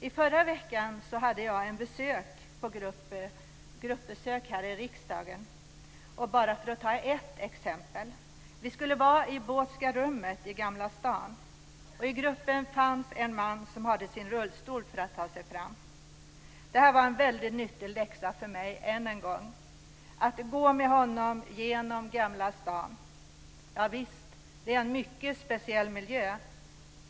I förra veckan hade jag en grupp på besök här i riksdagen. Vi skulle vara i Bååtska rummet i Gamla stan. I gruppen fanns en man som hade sin rullstol för att ta sig fram. Det var en väldigt nyttig läxa för mig än en gång att gå med honom genom Gamla stan. Ja visst är det en mycket speciell miljö.